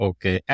Okay